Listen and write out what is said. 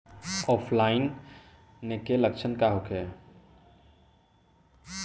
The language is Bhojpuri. ऑफलाइनके लक्षण का होखे?